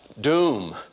Doom